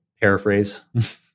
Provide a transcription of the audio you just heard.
paraphrase